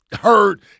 heard